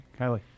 Kylie